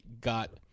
got